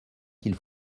qu’il